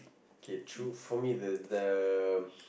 okay true for me the the